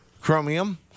Chromium